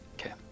Okay